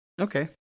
Okay